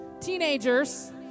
Teenagers